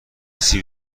سیب